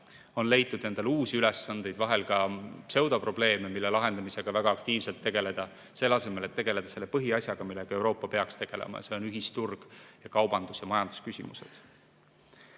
On leitud endale uusi ülesandeid, vahel ka pseudoprobleeme, mille lahendamisega väga aktiivselt tegeleda, selle asemel, et tegeleda selle põhiasjaga, millega Euroopa peaks tegelema – see on ühisturg ja -kaubandus ja majandusküsimused.